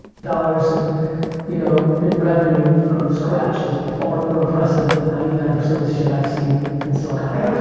dollars in you know in revenue from scratch is far more impressive than ninety nine percent of the shit i've seen in silicon and